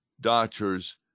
doctors